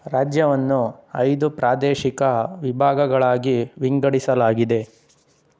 ರಾಜ್ಯವನ್ನು ಐದು ಪ್ರಾದೇಶಿಕ ವಿಭಾಗಗಳಾಗಿ ವಿಂಗಡಿಸಲಾಗಿದೆ